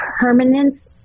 permanence